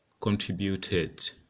contributed